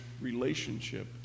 relationship